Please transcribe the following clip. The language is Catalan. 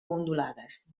ondulades